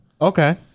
Okay